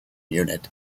unit